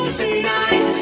tonight